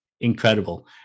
incredible